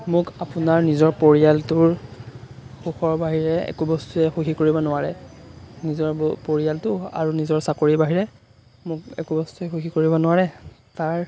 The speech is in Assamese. মোক আপোনাৰ নিজৰ পৰিয়ালটোৰ সুখৰ বাহিৰে একো বস্তুৱে সুখী কৰিব নোৱাৰে নিজৰ পৰিয়ালটো আৰু নিজৰ চাকৰিৰ বাহিৰে মোক একো বস্তুৱে সুখী কৰিব নোৱাৰে তাৰ